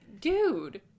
Dude